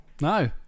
No